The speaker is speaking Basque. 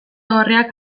gorriak